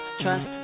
trust